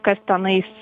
kas tenais